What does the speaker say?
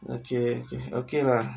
okay okay lah